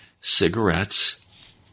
cigarettes